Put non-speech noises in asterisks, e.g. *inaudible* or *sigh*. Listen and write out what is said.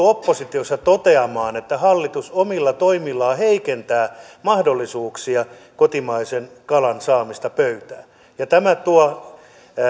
*unintelligible* oppositiossa toteamaan että hallitus omilla toimillaan heikentää mahdollisuuksia kotimaisen kalan saamiseksi pöytään tämä tuo